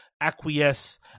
acquiesce